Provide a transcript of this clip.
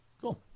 Cool